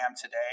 today